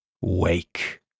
Wake